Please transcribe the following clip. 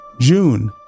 June